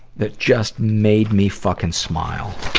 that just made me fucking smile.